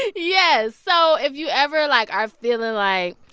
yes. so if you ever, like, are feeling, like,